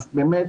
באמת,